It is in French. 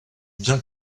bien